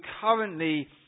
currently